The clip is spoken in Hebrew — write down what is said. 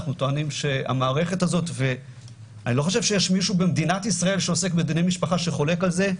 אני לא חושב שיש מישהו במדינת ישראל שעוסק בדיני משפחה שחולק על זה,